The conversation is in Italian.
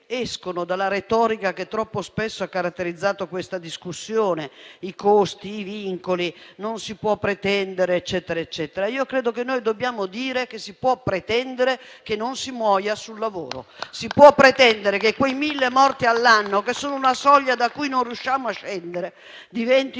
escono dalla retorica che troppo spesso ha caratterizzato questa discussione: i costi, i vincoli, il non poter pretendere. Noi dobbiamo dire che si può pretendere che non si muoia sul lavoro. Si può pretendere che quei mille morti all'anno, che sono una soglia da cui non riusciamo a scendere, diventino